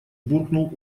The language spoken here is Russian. буркнул